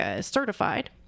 certified